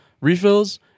refills